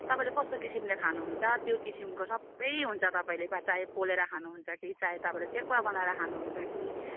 तपाईँले कस्तो किसिमले खानुहुन्छ त्यो किसिमको सबै हुन्छ तपाईँले चाहे पोलेर खानुहुन्छ कि चाहे तपाईँले सेकुवा बनाएर खानुहुन्छ कि